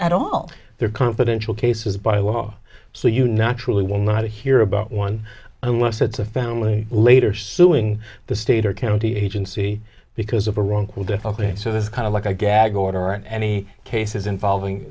at all there are confidential cases by law so you know actually will not hear about one unless it's a family later suing the state or county agency because of a wrongful death of it so there's kind of like a gag order on any cases involving